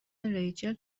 ریچل